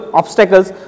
obstacles